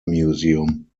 museum